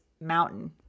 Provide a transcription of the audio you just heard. mountain